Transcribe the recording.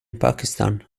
pakistan